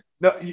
no